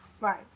Right